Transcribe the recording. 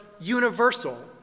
universal